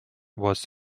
was